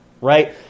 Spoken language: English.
right